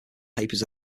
papers